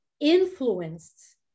influenced